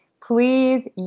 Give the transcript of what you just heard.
please